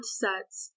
sets